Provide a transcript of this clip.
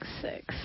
six